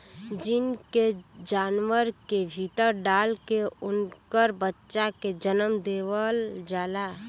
gene के जानवर के भीतर डाल के उनकर बच्चा के जनम देवल जाला